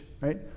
right